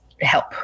help